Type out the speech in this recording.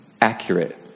accurate